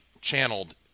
channeled